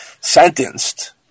sentenced